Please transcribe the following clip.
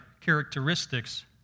characteristics